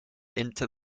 into